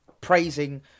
praising